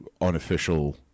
unofficial